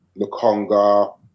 Lukonga